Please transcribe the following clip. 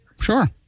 Sure